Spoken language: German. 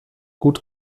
gut